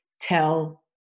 tell